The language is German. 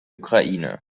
ukraine